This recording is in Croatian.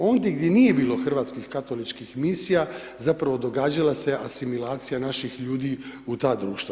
Ondje gdje nije bilo hrvatskih katoličkih misija, zapravo događala se asimilacija naših ljudi u ta društva.